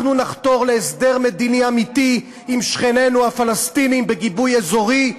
אנחנו נחתור להסדר מדיני אמיתי עם שכנינו הפלסטינים בגיבוי אזורי,